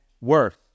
worth